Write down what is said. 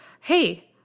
hey